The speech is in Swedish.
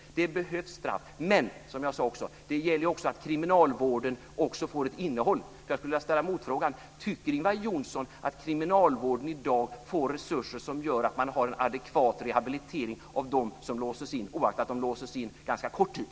Det behövs straff, men det gäller som jag sade förut också att kriminalvården får ett innehåll. Jag skulle därför vilja ställa motfrågan: Tycker Ingvar Johnsson att kriminalvården i dag får resurser som gör att man har en adekvat rehabilitering av dem som låses in oaktat att de låses in en ganska kort tid?